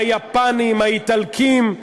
היפנים, האיטלקים.